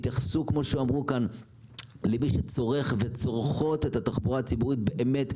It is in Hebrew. תתייחסו למי שצורך וצורכות את התחבורה הציבורית באמת.